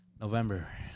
November